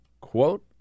quote